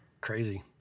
Crazy